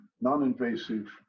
non-invasive